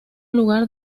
lugar